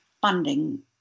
funding